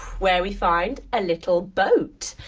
where we find a little boat,